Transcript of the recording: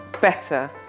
better